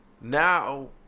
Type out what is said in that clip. now